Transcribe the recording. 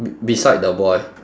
be~ beside the boy